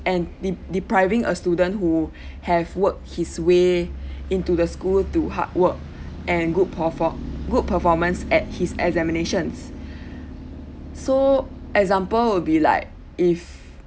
and de~ depriving a student who have work his way into the school to hard work and good perfo~ good performance at his examinations so example will be like if